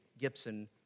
Gibson